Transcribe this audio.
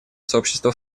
сообщества